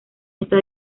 está